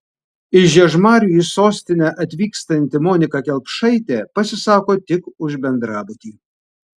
iš žiežmarių į sostinę atvykstanti monika kelpšaitė pasisako tik už bendrabutį